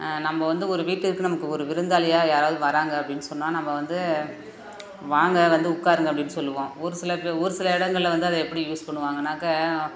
நம்ப வந்து ஒரு வீட்டுக்கு நமக்கு ஒரு விருந்தாளியாக யாராவது வராங்க அப்படினு சொன்னால் நம்ம வந்து வாங்க வந்து உட்காருங்க அப்படினு சொல்லுவோம் ஒரு சில பா ஒரு சில இடங்களில் வந்து அதை எப்படி யூஸ் பண்ணுவாங்கனாக்கா